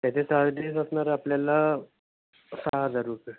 त्याचे चार्जेस असणार आहे आपल्याला सहा हजार रुपये